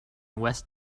west